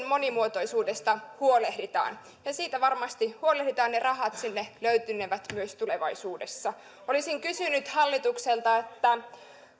monimuotoisuudesta huolehditaan ja siitä varmasti huolehditaan ja ne rahat sinne löytynevät myös tulevaisuudessa olisin kysynyt hallitukselta